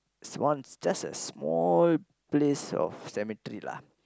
one just a small place of cemetery lah